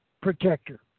protector